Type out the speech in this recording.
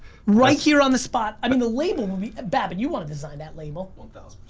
right here on the spot. i mean the label will be, babin, you wanna design that label. one thousand.